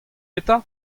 eta